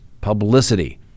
publicity